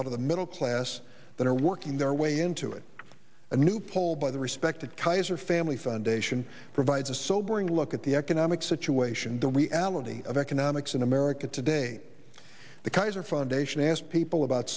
out of the middle class that are working their way into it a new poll by the respected kaiser family foundation provides a sobering look at the economic situation the reality of economics in america today the kaiser foundation asked people about